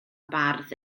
bardd